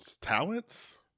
talents